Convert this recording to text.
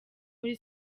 muri